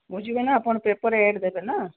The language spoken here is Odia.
ବୁଝିଲେ ନା ଆପଣ ପେପର୍ରେ ଏଡ଼୍ ଦେବେ ନା